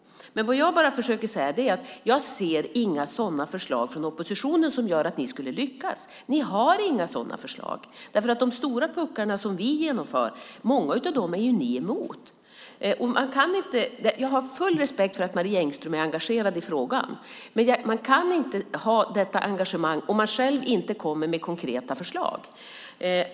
Vad jag försöker säga är att jag inte ser några förslag från oppositionen som gör att ni skulle lyckas. Ni har inga sådana förslag. Ni är ju emot många av de stora puckar vi genomför. Jag har full respekt för att Marie Engström är engagerad i frågan, men man kan inte ha detta engagemang om man själv inte kommer med konkreta förslag.